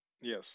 Yes